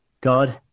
God